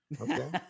Okay